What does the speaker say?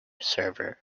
server